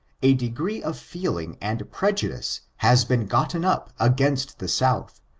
a degree of feeling and prejudice has been gotten up against the south,